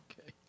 okay